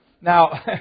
Now